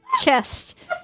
chest